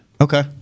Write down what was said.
Okay